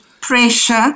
pressure